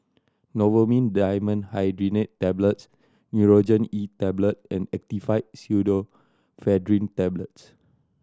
Novomin Dimenhydrinate Tablets Nurogen E Tablet and Actifed Pseudoephedrine Tablets